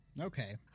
Okay